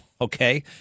okay